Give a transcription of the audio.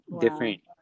different